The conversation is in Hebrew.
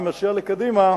אני מציע לקדימה: